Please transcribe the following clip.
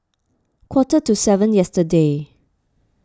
quarter to seven yesterday